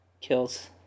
kills